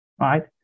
right